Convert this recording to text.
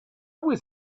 was